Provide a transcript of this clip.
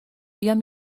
بیام